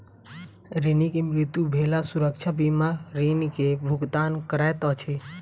ऋणी के मृत्यु भेला सुरक्षा बीमा ऋण के भुगतान करैत अछि